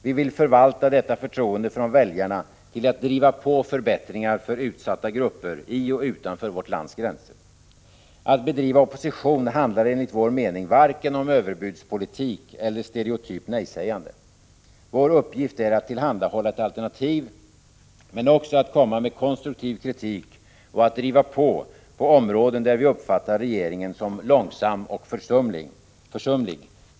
Vi vill förvalta detta förtroende från väljarna till att driva på förbättringar för utsatta grupper i och utanför vårt lands gränser. Att bedriva opposition handlar enligt vår mening varken om överbudspolitik eller om stereotypt nejsägande. Vår uppgift är att tillhandahålla ett alternativ, men också att komma med konstruktiv kritik och driva på på områden där vi uppfattar regeringen som långsam och försumlig.